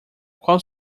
qual